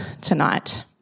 tonight